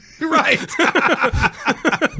Right